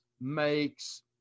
makes